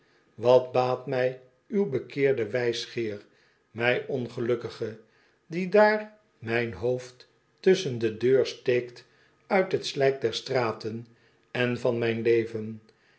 wat baat mij uw bekeerde wijsgeer mij ongelukkige die daar mijn hoofd tussen en de deur steek uit het slijk der straten en van mijn leven